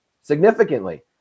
significantly